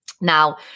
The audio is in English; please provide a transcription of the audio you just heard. Now